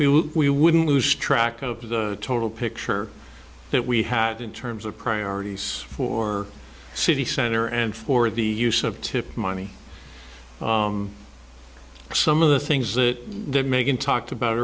we wouldn't lose track of the total picture that we had in terms of priorities for city center and for the use of tip money some of the things that they're making talked about